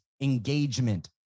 engagement